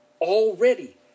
already